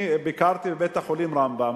אני ביקרתי בבית-החולים "רמב"ם".